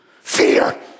fear